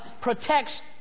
protects